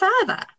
further